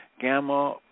gamma